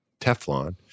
Teflon